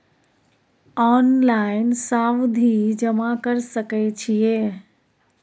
Online सावधि जमा कर सके छिये?